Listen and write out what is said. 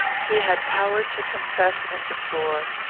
he had power to confess and deplore,